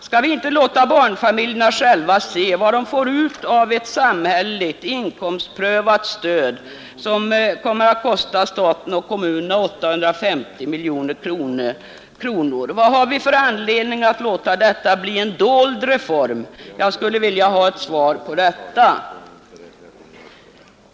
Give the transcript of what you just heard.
Skall vi inte låta barnfamiljerna själva se vad de får ut av ett samhälleligt, inkomstprövat stöd som kommer att kosta staten och kommunerna 850 miljoner kronor? Vad har vi för anledning att låta detta bli en dold reform? Jag skulle vilja ha ett svar på det.